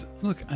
Look